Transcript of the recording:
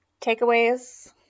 takeaways